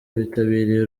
bitabiriye